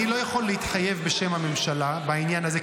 אני לא יכול להתחייב בשם הממשלה בעניין הזה,